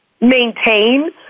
maintain